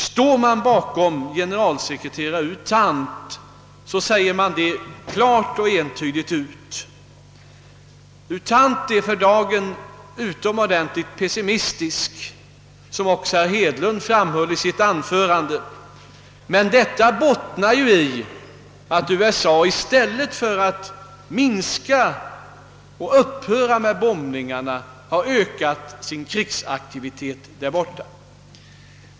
Står man bakom <sgeneralsekreterare U Thant säger man detta klart och entydigt. Såsom också herr Hedlund framhöll i sitt anförande är U Thant för dagen utomordentligt pessimistisk. Detta bottnar ju i att USA i stället för att upphöra med bombningarna har ökat sin krigsaktivitet där borta.